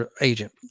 agent